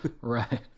right